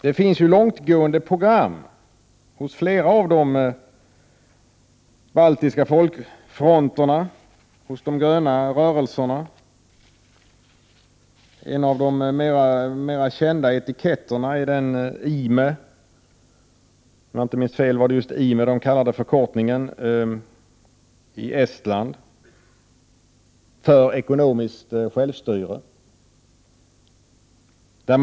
Det finns ju långtgående program hos flera av de baltiska folkfronterna, hos de gröna rörelserna, och en av de mera kända etiketterna är den organisation i Estland, som verkar för ekonomiskt självstyrelse.